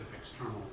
external